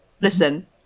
listen